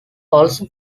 also